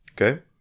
Okay